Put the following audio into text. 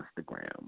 Instagram